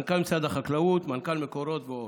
מנכ"ל משרד החקלאות, מנכ"ל מקורות ועוד.